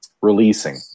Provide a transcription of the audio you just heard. releasing